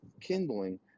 kindling